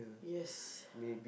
yes